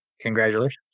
Congratulations